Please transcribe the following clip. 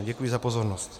Děkuji za pozornost.